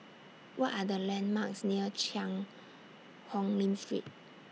What Are The landmarks near Cheang Hong Lim Street